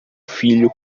filho